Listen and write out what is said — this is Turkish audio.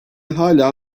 hâlâ